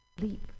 leap